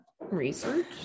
research